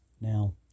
Now